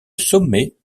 sommet